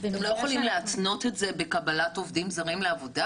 הם לא יכולים להתנות את זה בקבלת עובדים זרים לעבודה,